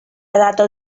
dato